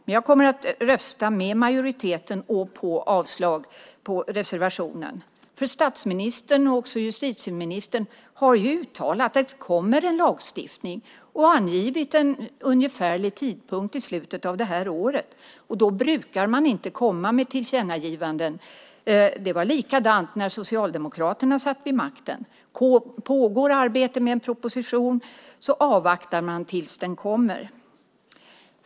Men jag kommer att rösta med majoriteten och yrka avslag på reservationen. Statsministern och justitieministern har nämligen uttalat att det kommer en lagstiftning och angivit en ungefärlig tidpunkt i slutet av det här året. Då brukar man inte komma med tillkännagivanden. Det var likadant när Socialdemokraterna satt vid makten. Pågår det arbete med en proposition avvaktar man tills den kommer.